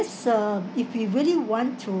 guess uh if we really want to